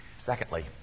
Secondly